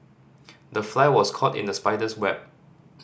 the fly was caught in the spider's web